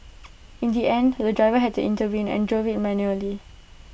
in the end the driver had to intervene and drove IT manually